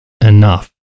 enough